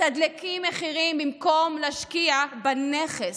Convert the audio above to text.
מתדלקים מחירים במקום להשקיע בנכס.